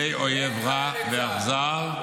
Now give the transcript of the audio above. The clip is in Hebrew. -- בידי אויב רע ואכזר,